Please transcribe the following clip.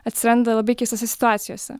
atsiranda labai keistose situacijose